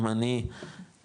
אם אני משפחה,